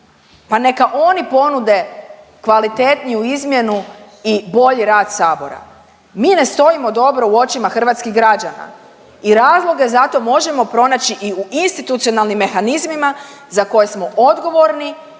pa neka oni ponude kvalitetniju izmjenu i bolji rad sabora. Mi ne stojimo dobro u očima hrvatskih građana i razloge za to možemo pronaći i u institucionalnim mehanizmima za koje smo odgovorni